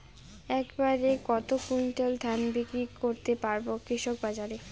এক বাড়ে কত কুইন্টাল ধান বিক্রি করতে পারবো কৃষক বাজারে?